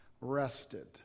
rested